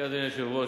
אדוני היושב-ראש,